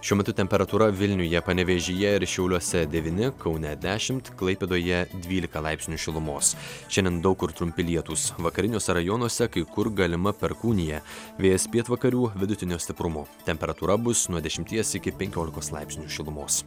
šiuo metu temperatūra vilniuje panevėžyje ir šiauliuose devyni kaune dešimt klaipėdoje dvylika laipsnių šilumos šiandien daug kur trumpi lietūs vakariniuose rajonuose kai kur galima perkūnija vėjas pietvakarių vidutinio stiprumo temperatūra bus nuo dešimties iki penkiolikos laipsnių šilumos